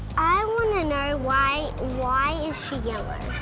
i wanna know, why why is she yellow?